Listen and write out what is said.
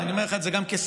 אני אומר לך את זה גם כשר,